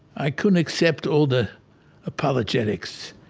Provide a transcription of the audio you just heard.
i couldn't accept all the apologetics